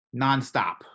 nonstop